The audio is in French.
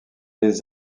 les